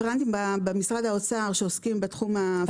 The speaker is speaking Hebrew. הרפרנטים במשרד האוצר שעוסקים בתחום הפיננסי.